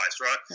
right